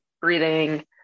breathing